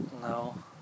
no